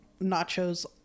nachos